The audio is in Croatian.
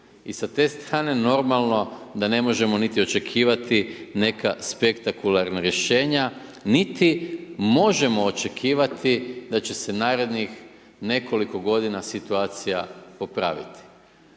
I sa te strane normalno da ne možemo niti očekivati neka spektakularna rješenja niti možemo očekivati da će se narednih nekoliko godina situacija popraviti.